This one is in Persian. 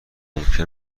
ممکن